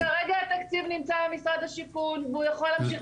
כרגע התקציב נמצא במשרד השיכון והוא יכול להמשיך